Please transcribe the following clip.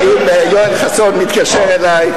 אם יואל חסון מתקשר אלי.